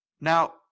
now